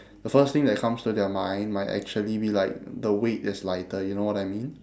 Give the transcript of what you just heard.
the first thing that comes to their mind might actually be like the weight is lighter you know what I mean